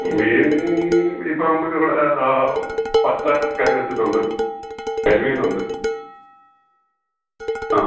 മീൻ ഇപ്പം നമുക്ക് ഇവിടെ വറ്റ കറി വെച്ചതുണ്ട് കരിമീനുണ്ട് ആ